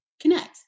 connect